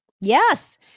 Yes